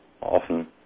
often